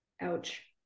Ouch